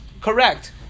Correct